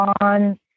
on